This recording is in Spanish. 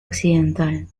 occidental